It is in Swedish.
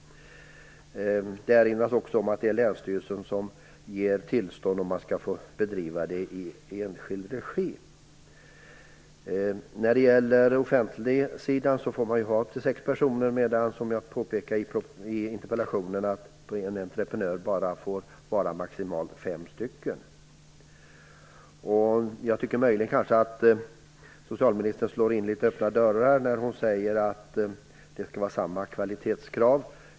Det erinras också om att det är länsstyrelsen som ger tillstånd för bedrivande i enskild regi. På offentligsidan tillåts man att ha upp till sex boende medan en entreprenör, som jag påpekade i min interpellation, bara tillåts ha maximalt fem personer. Jag tycker möjligen att socialministern litet grand slår in öppna dörrar när hon talar om samma kvalitetskrav.